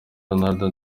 ronaldo